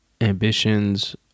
ambitions